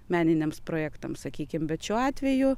meniniams projektams sakykim bet šiuo atveju